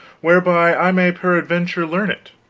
whereby i may peradventure learn it.